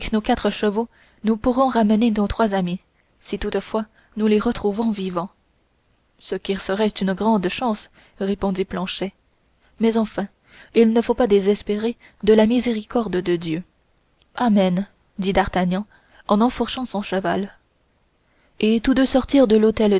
quatre chevaux nous pourrons ramener nos trois amis si toutefois nous les retrouvons vivants ce qui serait une grande chance répondit planchet mais enfin il ne faut pas désespérer de la miséricorde de dieu amen dit d'artagnan en enfourchant son cheval et tous deux sortirent de l'hôtel